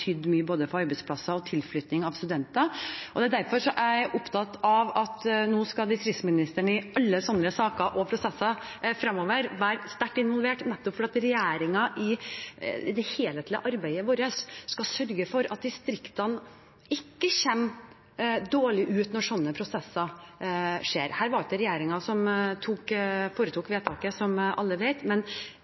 mye for både arbeidsplasser og tilflytting av studenter. Det er derfor jeg er opptatt av at nå skal distriktsministeren i alle sånne saker og prosesser fremover være sterkt involvert, nettopp fordi regjeringen i det helhetlige arbeidet vårt skal sørge for at distriktene ikke kommer dårlig ut når sånne prosesser skjer. Her var det ikke regjeringen som fattet vedtaket, som alle vet, men